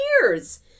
years